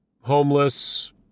homeless